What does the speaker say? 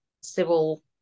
civil